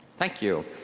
thank you.